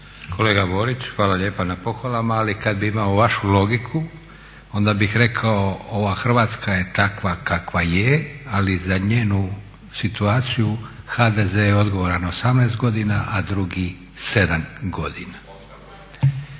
Kolega Borić, hvala lijepa na pohvalama ali kad bih imao vašu logiku onda bih rekao ova Hrvatska je takva kakva je ali za njenu situaciju HDZ je odgovoran 18 godina, a drugi 7 godina.